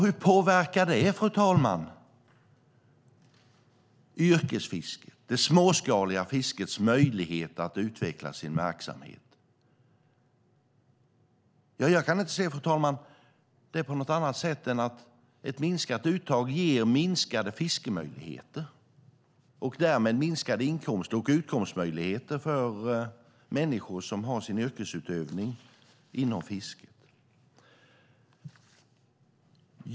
Hur påverkar det yrkesfiskets och det småskaliga fiskets möjlighet att utveckla sin verksamhet, fru talman? Jag kan inte se att det skulle vara på något annat sätt än att ett minskat uttag ger minskade fiskemöjligheter och därmed minskade inkomster och utkomstmöjligheter för människor som har sin yrkesutövning inom fiske.